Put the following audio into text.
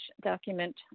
document